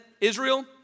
Israel